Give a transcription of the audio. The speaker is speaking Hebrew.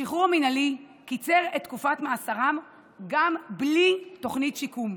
השחרור המינהלי קיצר את תקופת מאסרם גם בלי תוכנית שיקום.